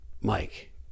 Mike